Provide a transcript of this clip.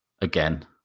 again